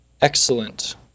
excellent